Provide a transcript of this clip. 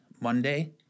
Monday